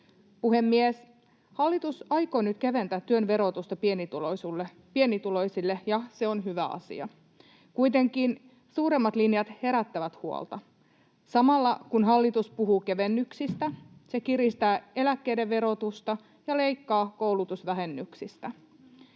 Puhemies! Hallitus aikoo nyt keventää työn verotusta pienituloisille, ja se on hyvä asia. Kuitenkin suuremmat linjat herättävät huolta. Samalla kun hallitus puhuu kevennyksistä, se kiristää eläkkeiden verotusta ja leikkaa koulutusvähennyksistä.